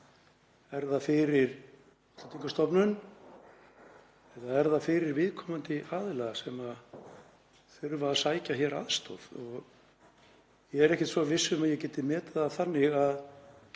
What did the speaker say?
Er það fyrir Útlendingastofnun eða er það fyrir viðkomandi aðila sem þurfa að sækja aðstoð? Ég er ekkert svo viss um að ég geti metið það þannig að